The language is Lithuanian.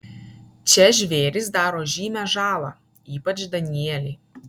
čia žvėrys daro žymią žalą ypač danieliai